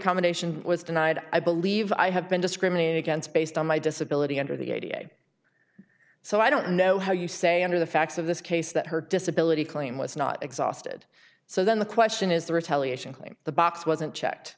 accommodation was denied i believe i have been discriminated against based on my disability under the a da so i don't know how you say under the facts of this case that her disability claim was not exhausted so then the question is the retaliation claim the box wasn't checked